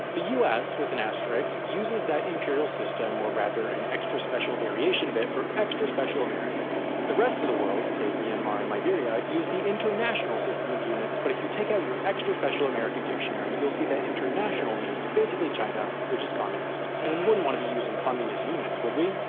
the us, with an asterisk, uses that imperial system or rather an extra special variation of it for extra special americans. the rest of the world, save myanmar and liberia, use the international system of units but if you take out your extra special american dictionary you'll see that international means basically china, which is communist, and we wouldn't want to be using communist units would we?